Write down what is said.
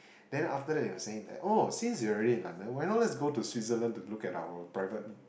then after that they were saying that oh since we are already in London why not let's go to Switzerland to look at our private